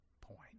point